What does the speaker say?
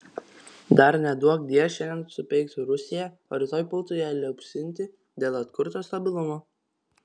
dar neduokdie šiandien supeiktų rusiją o rytoj pultų ją liaupsinti dėl atkurto stabilumo